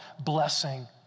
blessing